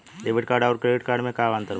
Debit card आउर credit card मे का अंतर बा?